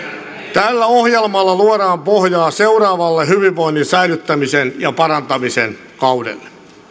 tällä ohjelmalla luodaan pohjaa seuraavalle hyvinvoinnin säilyttämisen ja parantamisen kaudelle